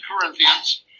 Corinthians